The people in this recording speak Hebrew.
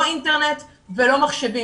לא אינטרנט ולא מחשבים.